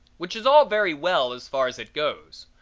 which is all very well as far as it goes,